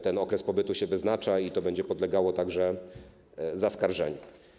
Ten okres pobytu się wyznacza i to będzie podlegało także zaskarżeniu.